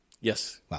Yes